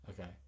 okay